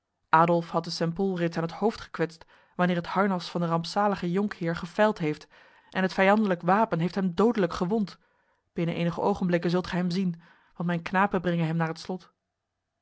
had de st pol reeds aan het hoofd gekwetst wanneer het harnas van de rampzalige jonkheer gefeild heeft en het vijandelijk wapen heeft hem dodelijk gewond binnen enige ogenblikken zult gij hem zien want mijn knapen brengen hem naar het slot